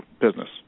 business